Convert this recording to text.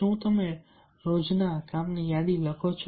શું તમે રોજના કામની યાદી લખો છો